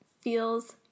feels